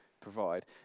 provide